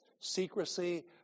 secrecy